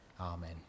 Amen